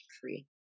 free